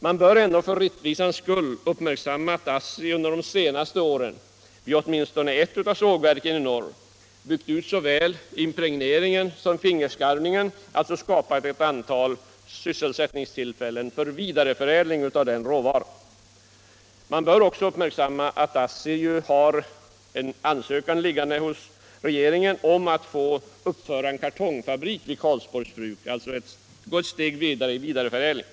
Man bör ändå för rättvisans skull uppmärksamma att ASSI under de senaste åren vid åtminstone ett av sågverken i norr byggt ut såväl impregneringen som fingerskarvningen och alltså skapat ett antal sysselsättningstillfällen för vidareförädling av den råvaran. Vidare bör man uppmärksamma att ASSI har en ansökan liggande hos regeringen om att få uppföra en kartongfabrik vid Karlsborgs Bruk och alltså gå ytterligare ett steg i vidareförädling.